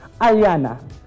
Ariana